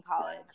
college